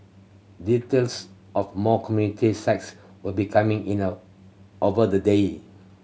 details of more community sites will be coming in a over the day